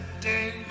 day